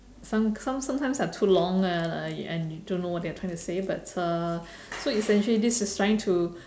some some sometimes are too long uh and you don't know what they are trying to say but uh so essentially this is trying to